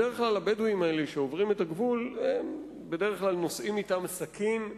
בדרך כלל הבדואים האלה שעוברים את הגבול נושאים אתם סכין,